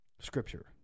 scripture